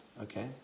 Okay